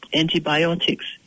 antibiotics